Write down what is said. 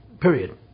period